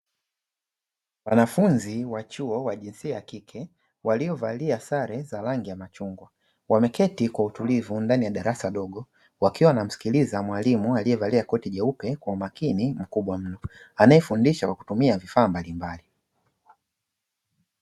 Wanafunzi wa chuo wajinsia ya kike waliovaa sale za rangi ya machungwa, wameketi kwa utulivu ndani ya darasa dogo wakiwa wanamsikiliza mwalimu aliyevalia koti jeupe kwa umakini mkubwa mno, anayefundisha kwa kutumia vifaa mbalimbali.